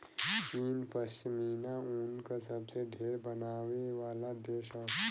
चीन पश्मीना ऊन क सबसे ढेर बनावे वाला देश हौ